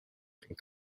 and